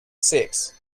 sex